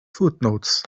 footnotes